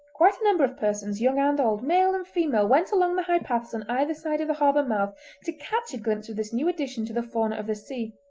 quite number of persons, young and old, male and female, went along the high paths on either side of the harbour mouth to catch a glimpse of this new addition to the fauna of the sea,